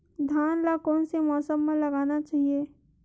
धान ल कोन से मौसम म लगाना चहिए?